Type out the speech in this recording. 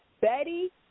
Betty